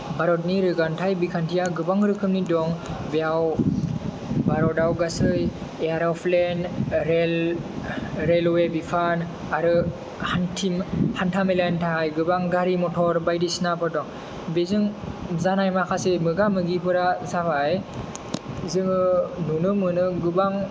भारतनि रोगान्थाय बिखान्थिया गोबां रोखोमनि दं बेयाव भारताव गासै एयार'प्लेन रेलवे बिफान आरो हान्थि हान्था मेलानि थाखाय गोबां गारि मथर बायदिसिनाफोर दं बेजों जानाय माखासे मोगा मोगिफोरा जाबाय जोङो नुनो मोनो गोबां